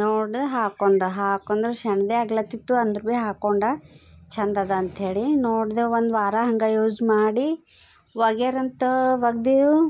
ನೋಡಿ ಹಾಕ್ಕೊಂಡೆ ಹಾಕ್ಕೊಂಡ್ರೆ ಸಣ್ದೆ ಆಗ್ಲತ್ತಿತ್ತು ಅಂದ್ರು ಭೀ ಹಾಕ್ಕೊಂಡೆ ಚೆಂದದ ಅಂಥೇಳಿ ನೋಡಿದೆ ಒಂದ್ವಾರ ಹಂಗೆ ಯೂಸ್ ಮಾಡಿ ಒಗ್ಯರಂತ ಒಗ್ದೇವು